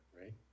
right